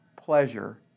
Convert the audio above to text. pleasure